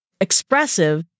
expressive